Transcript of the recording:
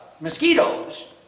mosquitoes